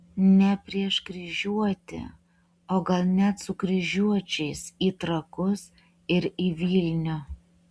ne prieš kryžiuotį o gal net su kryžiuočiais į trakus ir į vilnių